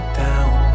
down